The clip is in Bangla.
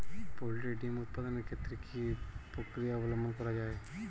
পোল্ট্রি ডিম উৎপাদনের ক্ষেত্রে কি পক্রিয়া অবলম্বন করতে হয়?